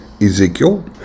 Ezekiel